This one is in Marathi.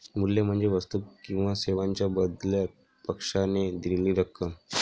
मूल्य म्हणजे वस्तू किंवा सेवांच्या बदल्यात पक्षाने दिलेली रक्कम